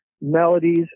melodies